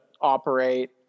operate